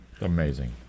Amazing